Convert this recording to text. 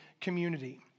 community